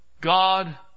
God